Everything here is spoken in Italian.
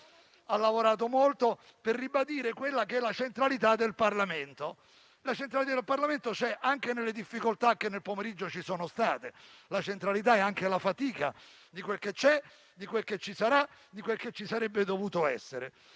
ha lavorato molto per ribadire la centralità del Parlamento. La centralità del Parlamento c'è anche nelle difficoltà che nel pomeriggio ci sono state, la centralità è anche la fatica di quel che c'è, di quel che ci sarà e di quel che ci sarebbe dovuto essere.